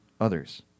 others